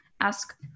ask